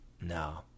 No